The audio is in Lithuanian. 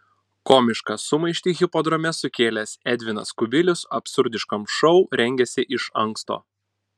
komišką sumaištį hipodrome sukėlęs edvinas kubilius absurdiškam šou rengėsi iš anksto